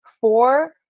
Four